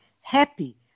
happy